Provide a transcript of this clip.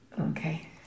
Okay